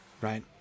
right